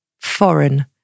foreign